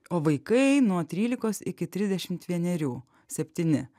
o vaikai nuo trylikos iki trisdešim vienerių septyni